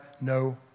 no